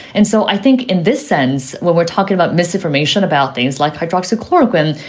and so i think in this sense, what we're talking about, misinformation about things like hydroxyl, chloroquine,